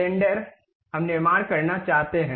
cylinder हम निर्माण करना चाहते हैं